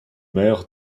mer